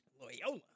Loyola